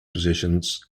positions